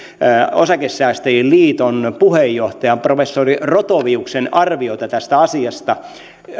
osakesäästäjien liiton puheenjohtajan professori rothoviuksen arviota tästä asiasta